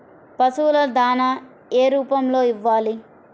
పశువుల దాణా ఏ రూపంలో ఇవ్వాలి?